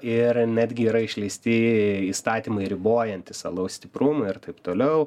ir netgi yra išleisti įstatymai ribojantys alaus stiprumą ir taip toliau